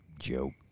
joke